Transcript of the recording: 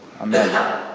Amen